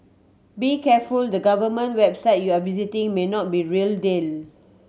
be careful the government website you are visiting may not be real deal